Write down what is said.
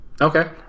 Okay